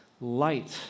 light